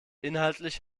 inhaltlich